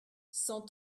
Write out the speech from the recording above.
cent